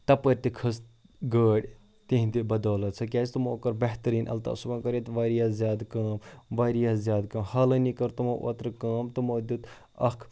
تَپٲرۍ تہِ کھٔژ گٲڑۍ تِہِنٛدِ بَدولت سۄ کیٛازِ تِمو کٔر بہتریٖن الطاف صٲبَن کٔر ییٚتہِ واریاہ زیادٕ کٲم واریاہ زیادٕ کٲم حالٲنی کٔر تِمو اوترٕ کٲم تِمو دیُت اَکھ